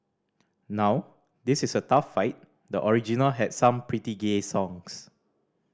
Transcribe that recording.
now this is a tough fight the original had some pretty gay songs